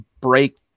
break